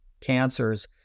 cancers